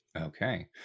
Okay